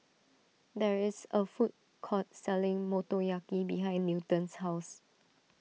there is a food court selling Motoyaki behind Newton's house